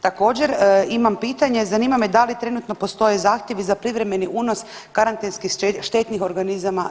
Također, imam pitanje zanima me da li trenutno postoje zahtjevi za privremeni unos karantenski štetnih organizama za RH?